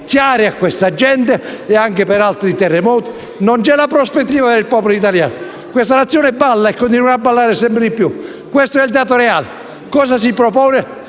chiare per questa gente e anche per altri terremoti; non c'è la prospettiva del popolo italiano. Questa Nazione balla e continuerà a ballare sempre più: questo è il dato reale. Cosa si propone?